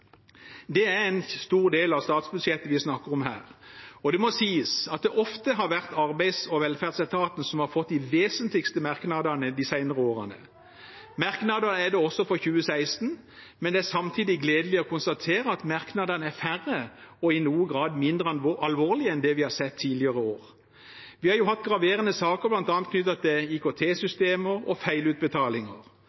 Det er en stor del av statsbudsjettet vi snakker om her, og det må sies at det ofte har vært Arbeids- og velferdsetaten som har fått de vesentligste merknadene de senere årene. Merknader er det også for 2016, men det er samtidig gledelig å konstatere at merknadene er færre og i noen grad mindre alvorlige enn det vi har sett tidligere år. Vi har hatt graverende saker, bl.a. knyttet til